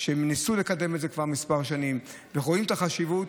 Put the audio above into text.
שניסו לקדם את זה כבר כמה שנים ורואים את החשיבות,